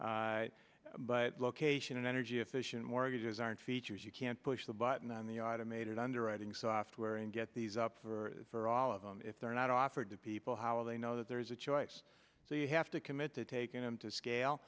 them but location and energy efficient mortgages aren't features you can't push the button on the automated underwriting software and get these up for all of them if they're not offered to people how they know that there is a choice so you have to commit to taking them to scale